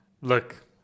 look